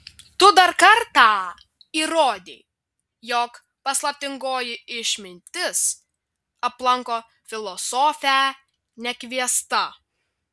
tu dar kartą įrodei jog paslaptingoji išmintis aplanko filosofę nekviesta